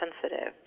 sensitive